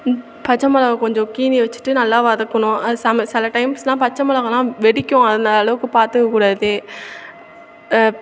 பச்சை மிளகா கொஞ்சம் கீறி வச்சுட்டு நல்லா வதக்கணும் அத சம சில டைம்ஸ்லாம் பச்சை மிளகாலாம் வெடிக்கும் அந்த அளவுக்கு பார்த்துக்க கூடாது